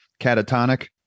catatonic